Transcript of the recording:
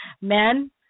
Men